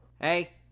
Hey